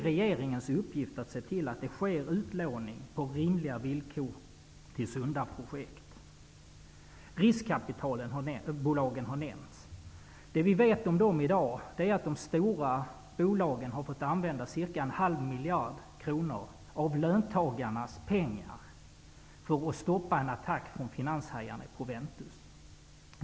Regeringens uppgift är att se till att utlåning sker på rimliga villkor och till sunda projekt. Riskkapitalbolagen har nämnts. Vi vet i dag att de stora bolagen har fått använda en halv miljard kronor av löntagarnas pengar för att stoppa en attack från finanshajarna i Proventus.